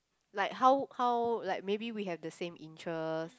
like how how like maybe we have the same interest